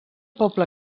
poble